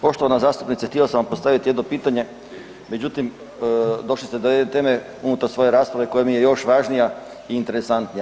Poštovana zastupnice, htio sam vam postaviti jedno pitanje, međutim, došli ste do jedne teme unutar svoje rasprave koja mi je još važnija i interesantnija.